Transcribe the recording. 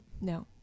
no